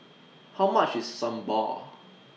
How much IS Sambar